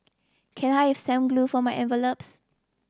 can I have some glue for my envelopes